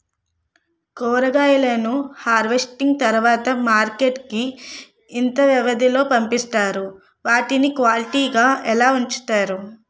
కూరగాయలను హార్వెస్టింగ్ తర్వాత మార్కెట్ కి ఇంత వ్యవది లొ పంపిస్తారు? వాటిని క్వాలిటీ గా ఎలా వుంచుతారు?